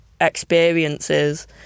experiences